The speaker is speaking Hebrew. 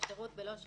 אלא אם